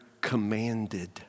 commanded